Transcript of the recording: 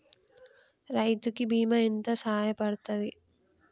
రైతు కి బీమా ఎంత సాయపడ్తది?